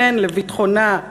כן לביטחונה,